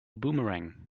boomerang